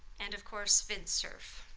and, of course, vince surf.